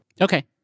Okay